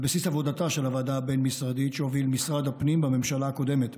על בסיס עבודתה של הוועדה הבין-משרדית שהוביל משרד הפנים בממשלה הקודמת.